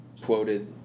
quoted